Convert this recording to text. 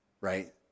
right